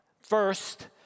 first